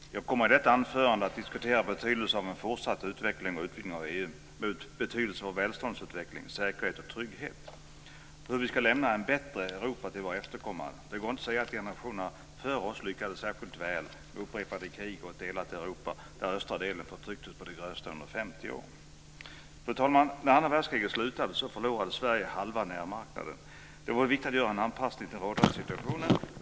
Fru talman! Jag kommer i detta anförande att diskutera betydelsen av en fortsatt utveckling och utvidgning av EU med betydelse för välståndsutveckling, säkerhet och trygghet. Hur ska vi lämna ett bättre Europa till våra efterkommande? Det går inte att säga att generationerna före oss lyckades särskilt väl, med upprepade krig och ett delat Europa, där östra delen förtrycktes å det grövsta under 50 år. Fru talman! När andra världskriget slutade förlorade Sverige halva närmarknaden. Det var då viktigt att göra en anpassning till den rådande situationen.